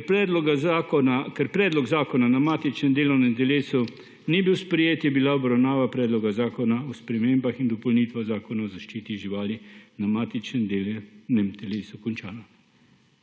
ker predlog zakona na matičnem delovnem telesu ni bil sprejet, je bila obravnava predloga zakona o spremembah in dopolnitvah Zakona o zaščiti živali na matičnem delovnem telesu končana.